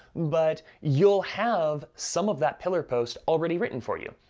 but you'll have some of that pillar post already written for you,